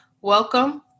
welcome